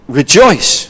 rejoice